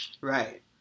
Right